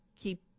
keep